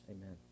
amen